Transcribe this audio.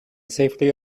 safely